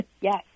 Yes